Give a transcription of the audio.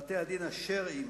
בתי-הדין השרעיים,